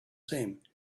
same